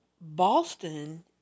Boston